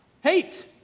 Hate